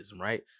right